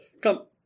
Come